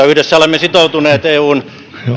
yhdessä olemme sitoutuneet eun